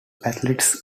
athletes